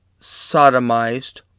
sodomized